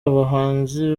abahinzi